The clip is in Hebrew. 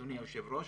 אדוני היושב ראש,